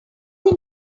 they